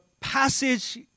passage